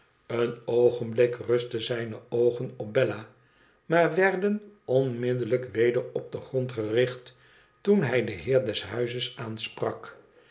een oogenblik rustten zijne oogen op bella maar werden onmiddellijk weder op den grond gericht toen hij de heer des huizes aansprak